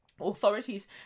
Authorities